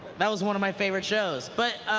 that was one of my favorite shows. but